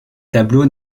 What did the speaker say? tableaux